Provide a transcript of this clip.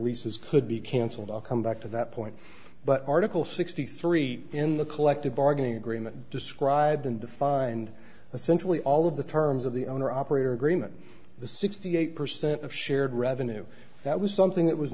leases could be cancelled i'll come back to that point but article sixty three in the collective bargaining agreement described in defined essentially all of the terms of the owner operator agreement the sixty eight percent of shared revenue that was something that was